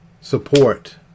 support